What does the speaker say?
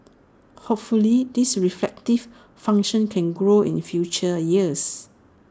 hopefully this reflective function can grow in future years